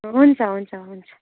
हुन्छ हुन्छ हुन्छ